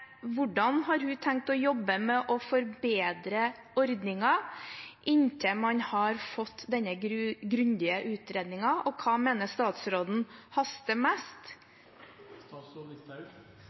Hvordan har hun tenkt å jobbe med å forbedre ordningen inntil man har fått denne grundige utredningen, og hva mener statsråden haster mest?